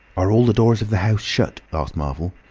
are all the doors of the house shut? asked marvel.